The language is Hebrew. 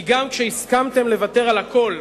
כי גם כשהסכמתם לוותר על הכול,